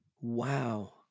Wow